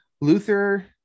Luther